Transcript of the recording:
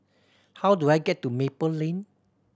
how do I get to Maple Lane